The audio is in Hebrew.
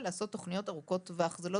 אנחנו חייבים לעשות תוכניות ארוכות טווח.